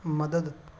مدد